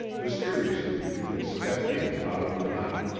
mysteriously he had stepped in out of the night,